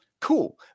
cool